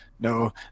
No